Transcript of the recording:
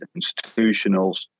institutionals